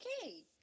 okay